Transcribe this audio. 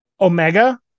Omega